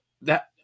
that-